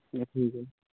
जी ठीक है